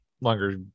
longer